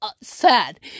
sad